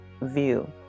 view